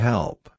Help